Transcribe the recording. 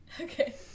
Okay